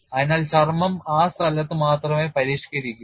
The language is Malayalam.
അതിനാൽ ചർമ്മം ആ സ്ഥലത്ത് മാത്രമേ പരിഷ്കരിക്കൂ